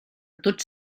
tots